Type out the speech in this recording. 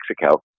Mexico